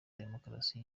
demokarasi